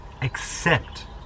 accept